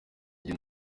gihe